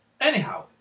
Anyhow